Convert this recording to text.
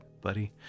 buddy